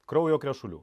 kraujo krešulių